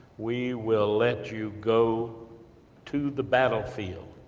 we will let you go to the battlefield.